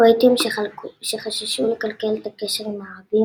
בריטים שחששו לקלקל את הקשר עם הערבים,